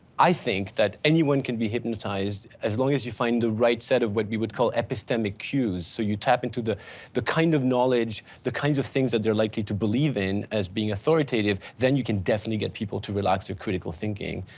i think that anyone can be hypnotized, as long as you find the right set of what we would call epistemic cues. so you tap into the the kind of knowledge, the kinds of things that they're likely to believe in as being authoritative, then you can definitely get people to relax their critical thinking.